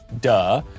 duh